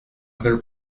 other